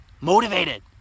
motivated